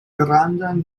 grandan